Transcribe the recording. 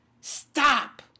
Stop